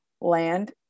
land